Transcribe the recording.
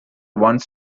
one